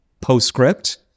postscript